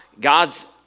God's